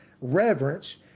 reverence